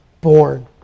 born